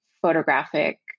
photographic